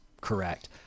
correct